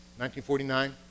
1949